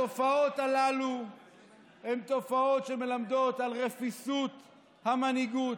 התופעות הללו הן תופעות שמלמדות על רפיסות המנהיגות,